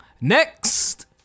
Next